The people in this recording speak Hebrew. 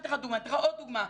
אתן לך עוד דוגמא,